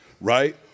right